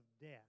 death